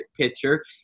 picture